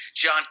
John